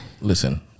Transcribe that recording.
Listen